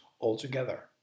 altogether